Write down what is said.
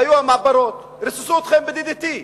היו המעברות, ריססו אתכם ב-DDT.